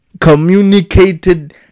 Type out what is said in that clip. Communicated